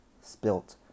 Spilt